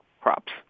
crops